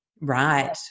right